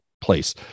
place